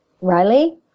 Riley